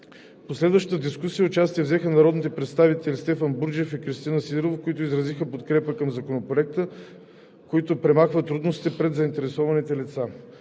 последващата дискусия взеха участие народните представители Стефан Бурджев и Кристина Сидорова, които изразиха подкрепа към Законопроекта, който премахва трудностите пред заинтересованите лица.